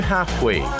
Halfway